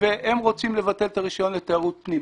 והם רוצים לבטל את הרישיון לתיירות פנים.